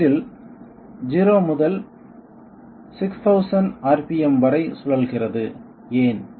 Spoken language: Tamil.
ஸ்பீண்டில் 0 முதல் 6000 ஆர்பிஎம் வரை சுழல்கிறது ஏன்